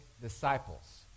disciples